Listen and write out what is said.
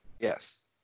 Yes